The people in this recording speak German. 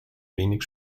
wenig